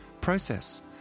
process